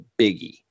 biggie